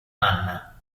anna